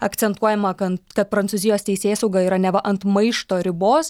akcentuojama kan kad prancūzijos teisėsauga yra neva ant maišto ribos